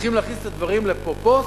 צריכים להכניס את הדברים לפרופורציות,